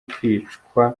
kwicwa